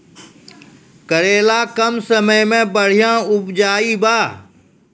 करेला कम समय मे बढ़िया उपजाई बा?